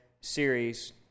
series